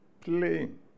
playing